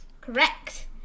Correct